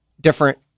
different